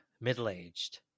middle-aged